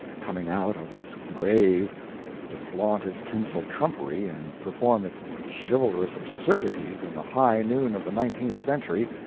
coming out of its grave to flaunt its tinsel trumpery and perform its chivalrous absurdities in the high noon of the nineteenth century,